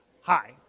Hi